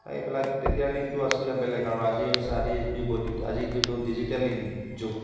এইবিলাক তেতিয়াৰ দিনটো আছিলে বেলেগ আৰু আজি হৈছে আজি বৈদ্যুতিক আজি যিটো ডিজিটেল ই যুগ